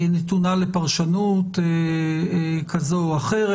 נתונה לפרשנות כזו או אחרת.